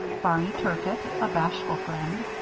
barney turcott a bashful friend.